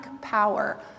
power